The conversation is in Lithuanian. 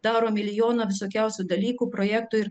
daro milijoną visokiausių dalykų projektų ir